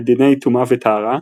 בדיני טומאה וטהרה,